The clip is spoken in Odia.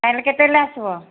କାଲି କେତେବେଳେ ଆସିବ